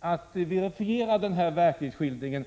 att verifiera denna verklighetsskildring?